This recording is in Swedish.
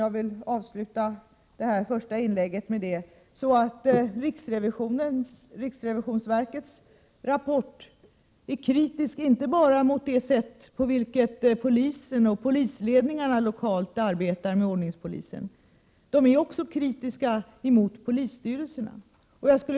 Jag vill avsluta detta första inlägg med att säga att riksrevisionsverkets rapport är kritisk inte bara mot det sätt på vilket polisen och polisledningarna lokalt arbetar med ordningspolisen utan också mot polisstyrelserna.